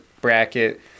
bracket